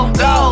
go